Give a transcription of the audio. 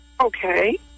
Okay